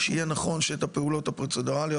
שיהיה נכון שאת הפעולות הפרוצדורליות,